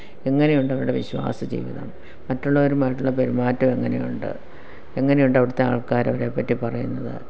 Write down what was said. എങ്ങനെയുണ്ടവരുടെ വിശ്വാസജീവിതം മറ്റുള്ളവരുമായിട്ടുള്ള പെരുമാറ്റം എങ്ങനെയുണ്ട് എങ്ങനെയുണ്ടവിടത്തെ ആള്ക്കാർ അവരെപ്പറ്റി പറയുന്നത്